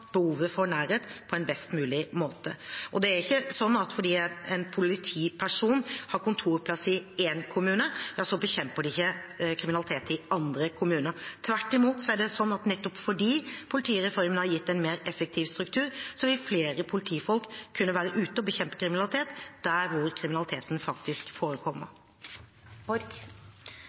behovet for nærhet, på en best mulig måte. Det er ikke slik at fordi en polititjenesteperson har kontorplass i én kommune, bekjemper ikke vedkommende kriminalitet i andre kommuner. Tvert imot er det slik at nettopp fordi politireformen har gitt en mer effektiv struktur, vil flere politifolk kunne være ute og bekjempe kriminalitet der hvor kriminaliteten faktisk forekommer.